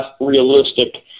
realistic